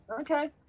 Okay